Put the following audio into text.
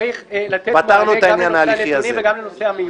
אני אומר: צריך לתת מענה גם לנושא הנתונים וגם לנושא המהירות.